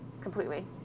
completely